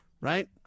right